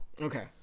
Okay